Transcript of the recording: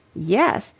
yes.